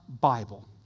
Bible